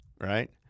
right